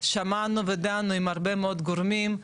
שמענו ודנו עם הרבה מאוד גורמים,